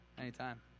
anytime